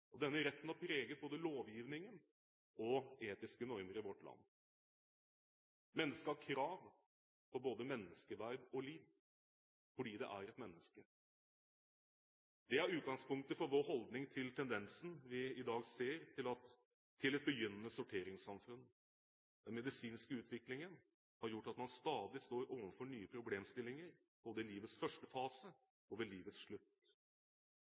Denne retten har preget både lovgivningen og etiske normer i vårt land. Mennesket har krav på både menneskeverd og liv, fordi det er et menneske. Dette er utgangspunktet for vår holdning til tendensen vi i dag ser til et begynnende sorteringssamfunn. Den medisinske utviklingen har gjort at man stadig står overfor nye problemstillinger, både i livets første fase og ved livets slutt.